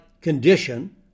condition